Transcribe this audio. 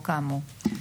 מיידית.